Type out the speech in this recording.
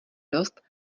dost